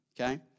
okay